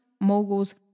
Moguls